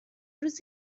روز